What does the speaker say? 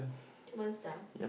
do you want some